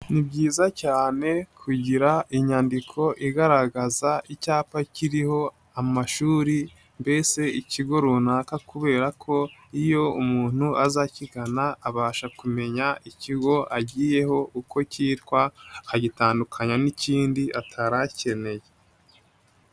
Ni byiza cyane kugira inyandiko igaragaza icyapa kiriho amashuri mbese ikigo runaka kubera ko iyo umuntu azakigana abasha kumenya ikigo agiyeho uko kitwa, agitandukanya n'ikindi atari akeneye.